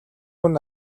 мөн